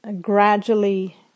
gradually